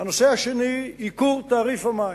הנושא השני הוא ייקור המים.